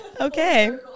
Okay